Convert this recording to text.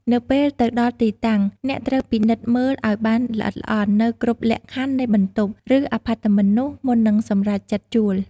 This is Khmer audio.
នៅពេលទៅដល់ទីតាំង អ្នកត្រូវពិនិត្យមើលឱ្យបានល្អិតល្អន់នូវគ្រប់លក្ខខណ្ឌនៃបន្ទប់ ឬអាផាតមិននោះ មុននឹងសម្រេចចិត្តជួល។